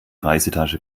reisetasche